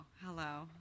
hello